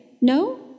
No